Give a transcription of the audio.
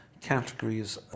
categories